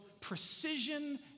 precision